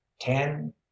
Ten